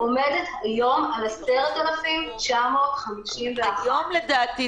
עומדת היום על 10,951. לדעתי,